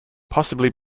possibly